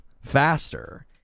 faster